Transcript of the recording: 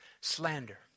slander